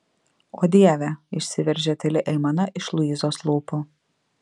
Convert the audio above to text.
o dieve išsiveržė tyli aimana iš luizos lūpų